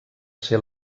ser